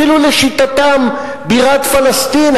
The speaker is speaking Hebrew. אפילו לשיטתם בירת פלסטין,